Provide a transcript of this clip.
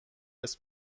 ارث